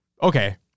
okay